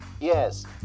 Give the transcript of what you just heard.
Yes